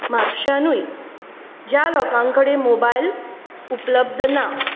म्हापश्यानूय ज्या लोकां कडेन माॅबायल उपलब्द ना